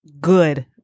good